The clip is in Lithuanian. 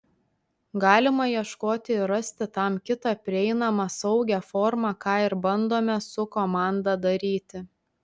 galima ieškoti ir rasti tam kitą prieinamą saugią formą ką ir bandome su komanda daryti